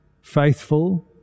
faithful